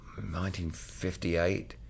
1958